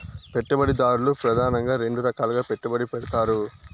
పెట్టుబడిదారులు ప్రెదానంగా రెండు రకాలుగా పెట్టుబడి పెడతారు